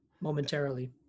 momentarily